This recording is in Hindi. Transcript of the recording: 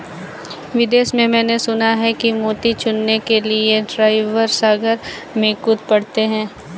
विदेश में मैंने सुना है कि मोती चुनने के लिए ड्राइवर सागर में कूद पड़ते हैं